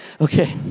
Okay